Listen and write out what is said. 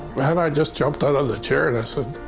um i just jumped out of the chair and i said,